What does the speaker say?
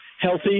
healthy